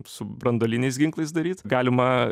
su branduoliniais ginklais daryt galima